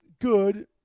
good